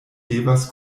devas